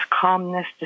calmness